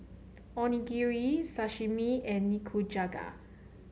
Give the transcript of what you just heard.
Onigiri Sashimi and Nikujaga